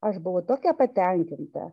aš buvau tokia patenkinta